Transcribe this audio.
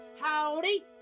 Howdy